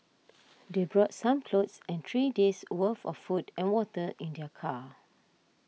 they brought some clothes and three days' worth of food and water in their car